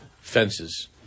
fences